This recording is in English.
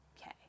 Okay